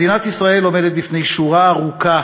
מדינת ישראל עומדת בפני שורה ארוכה